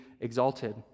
exalted